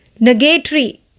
negatory